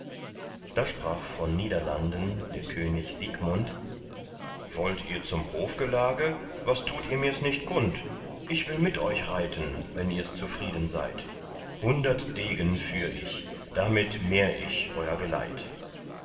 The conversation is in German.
da sprach von niederlanden der könig siegmund wollt ihr zum hofgelage was tut ihr mirs nicht kund ich will mit euch reiten wenn ihrs zufrieden seid hundert degen führ ich damit mehr ich eur geleit